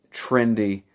trendy